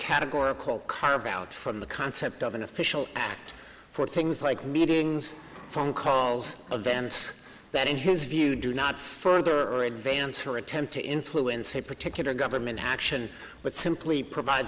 categorical carve out from the concept of an official act for things like meetings phone calls events that in his view do not further advance or attempt to influence a particular government action but simply provide